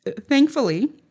thankfully